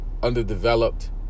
underdeveloped